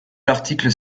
l’article